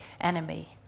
enemy